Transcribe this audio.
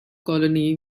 colony